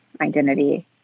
identity